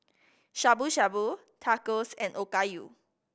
Shabu Shabu Tacos and Okayu